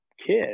kid